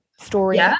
story